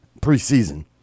preseason